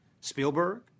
Spielberg